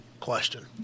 question